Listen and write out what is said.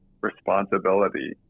responsibility